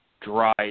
dry